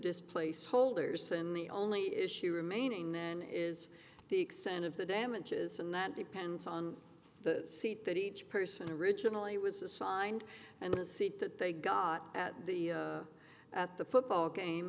displaced holders and the only issue remaining then is the extent of the damages and that depends on the seat that each person originally was assigned and the seat that they got at the at the football game